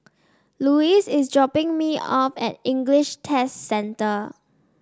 Louis is dropping me off at English Test Centre